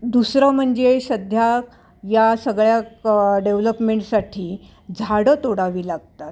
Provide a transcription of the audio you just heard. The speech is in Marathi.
दुसरं म्हणजे सध्या या सगळ्या क डेव्हलपमेंटसाठी झाडं तोडावी लागतात